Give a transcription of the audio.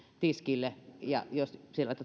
tiskille ja jos sieltä